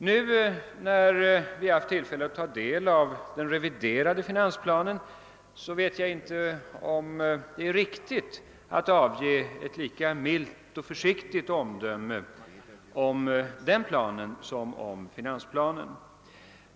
Nu när vi haft tillfälle att ta del av den reviderade finansplanen vet jag inte, om det är riktigt att avge ett lika milt och försiktigt omdöme om den planen som om finansplanen.